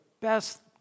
best